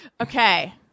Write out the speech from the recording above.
Okay